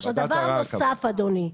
דבר נוסף, אדוני,